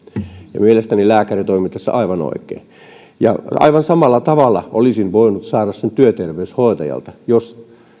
ja mielestäni lääkäri toimi tässä aivan oikein aivan samalla tavalla olisin voinut saada sen työterveyshoitajalta jos